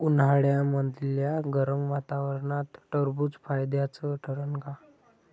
उन्हाळ्यामदल्या गरम वातावरनात टरबुज फायद्याचं ठरन का?